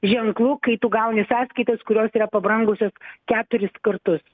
ženklu kai tu gauni sąskaitas kurios yra pabrangusios keturis kartus